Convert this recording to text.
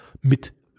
mit